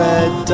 Red